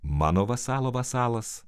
mano vasalo vasalas